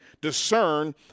discern